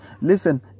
Listen